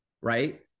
Right